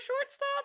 shortstop